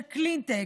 של קלינטק,